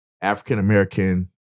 African-American